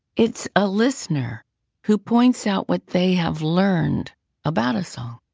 it's a listener who points out what they have learned about a song.